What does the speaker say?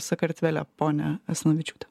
sakartvele ponia asanavičiūte